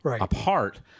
Apart